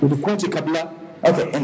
Okay